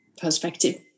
perspective